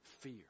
fear